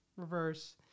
reverse